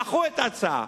דחו את ההצעה.